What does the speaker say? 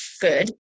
Good